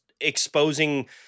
exposing